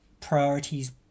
priorities